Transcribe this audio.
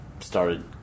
started